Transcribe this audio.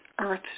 earth